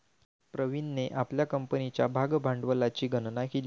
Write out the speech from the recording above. प्रवीणने आपल्या कंपनीच्या भागभांडवलाची गणना केली